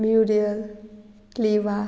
mural क्लिवा